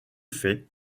fait